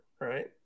right